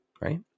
right